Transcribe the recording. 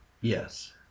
Yes